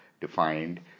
defined